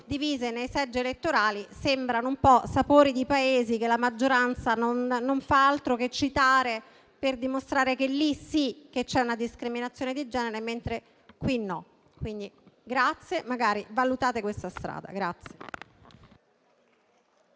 divisi nei seggi elettorali ha un po' il sapore di Paesi che la maggioranza non fa altro che citare per dimostrare che lì sì che c'è discriminazione di genere, mentre qui no. Magari valutate questa strada.